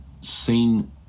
seen